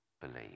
believe